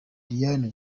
diane